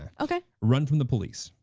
um okay. run from the police.